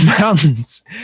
mountains